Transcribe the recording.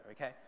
okay